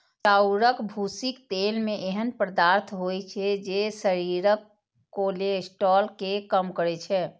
चाउरक भूसीक तेल मे एहन पदार्थ होइ छै, जे शरीरक कोलेस्ट्रॉल कें कम करै छै